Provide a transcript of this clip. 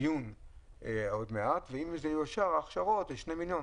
דיון עוד מעט בנושא ההכשרות שני מיליון,